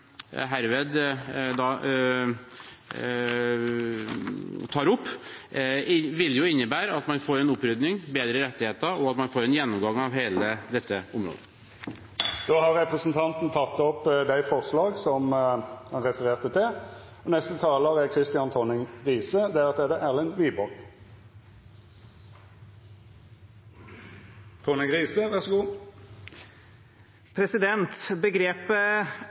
herved tar opp – vil jo innebære at man får en opprydning, bedre rettigheter og at man får en gjennomgang av hele dette området. Representanten Arild Grande har teke opp dei forslaga han refererte til. Begrepet «opprydningsaksjon i norsk arbeidsliv» har vært nevnt hyppig fra representanter fra Arbeiderpartiet de siste dagene, og i realiteten er det